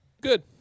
Good